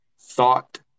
thought